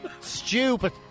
Stupid